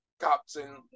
Captain